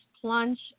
plunge